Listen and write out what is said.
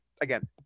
again